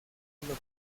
local